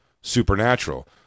Supernatural